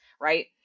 right